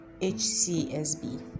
HCSB